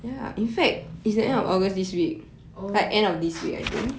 oh